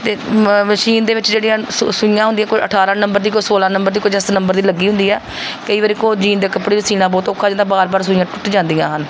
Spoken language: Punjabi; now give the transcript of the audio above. ਅਤੇ ਮ ਮਸ਼ੀਨ ਦੇ ਵਿੱਚ ਜਿਹੜੀ ਹਨ ਸੂ ਸੂਈਆਂ ਹੁੰਦੀਆਂ ਕੋਈ ਅਠਾਰਾਂ ਨੰਬਰ ਦੀ ਕੋਈ ਸੋਲ਼ਾਂ ਨੰਬਰ ਦੀ ਕੁਝ ਇਸ ਨੰਬਰ ਦੀ ਲੱਗੀ ਹੁੰਦੀ ਹੈ ਕਈ ਵਾਰ ਕੋਈ ਜੀਨ ਦੇ ਕੱਪੜੇ ਨੂੰ ਸਿਉਂਣਾ ਬਹੁਤ ਔਖਾ ਹੋ ਜਾਂਦਾ ਵਾਰ ਵਾਰ ਸੂਈਆਂ ਟੁੱਟ ਜਾਂਦੀਆਂ ਹਨ